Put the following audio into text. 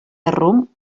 rom